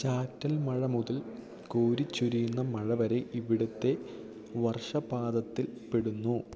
ചാറ്റൽമഴ മുതൽ കോരിച്ചൊരിയുന്ന മഴവരെ ഇവിടത്തെ വർഷപാതത്തിൽ പെടുന്നു